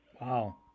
Wow